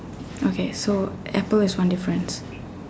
okay so apple is one difference